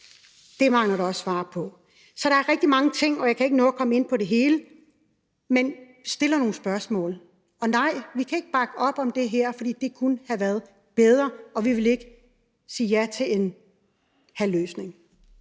Det mangler der også svar på. Så der er rigtig mange ting, og jeg kan ikke nå at komme ind på det hele, men stiller nogle spørgsmål. Og nej, vi kan ikke bakke op om det her, for det kunne have været bedre, og vi vil ikke sige ja til en halv løsning.